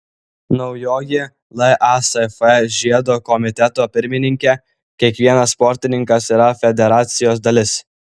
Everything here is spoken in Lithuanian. naujoji lasf žiedo komiteto pirmininkė kiekvienas sportininkas yra federacijos dalis